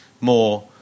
more